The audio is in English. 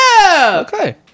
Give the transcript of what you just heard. Okay